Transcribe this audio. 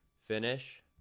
finish